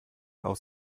aus